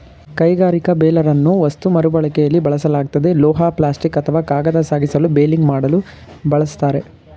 ಕೈಗಾರಿಕಾ ಬೇಲರನ್ನು ವಸ್ತು ಮರುಬಳಕೆಲಿ ಬಳಸಲಾಗ್ತದೆ ಲೋಹ ಪ್ಲಾಸ್ಟಿಕ್ ಅಥವಾ ಕಾಗದ ಸಾಗಿಸಲು ಬೇಲಿಂಗ್ ಮಾಡಲು ಬಳಸ್ತಾರೆ